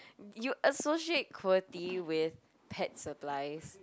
you associate with pet supplies